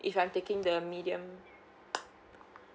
if I'm taking the medium